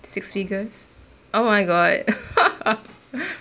six figures oh my god